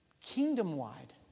kingdom-wide